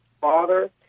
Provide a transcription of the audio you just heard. father